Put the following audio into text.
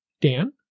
Dan